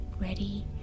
ready